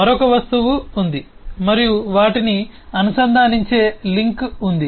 మరొక వస్తువు ఉంది మరియు వాటిని అనుసంధానించే లింక్ ఉంది